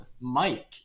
Mike